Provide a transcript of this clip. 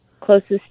closest